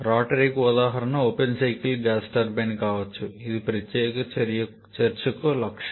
rotary కి ఉదాహరణ open cycle gas turbine కావచ్చు ఇది ఈ ప్రత్యేక చర్చకు లక్ష్యం